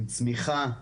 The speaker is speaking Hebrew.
עם צמיחה,